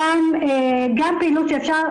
גם פעילות שאפשר,